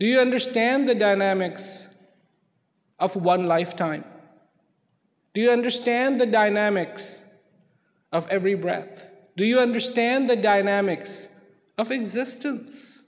do you understand the dynamics of one life time do you understand the dynamics of every breath do you understand the dynamics of existence